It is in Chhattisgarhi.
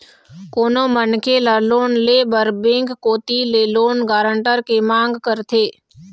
कोनो मनखे ल लोन ले बर बेंक कोती ले लोन गारंटर के मांग करथे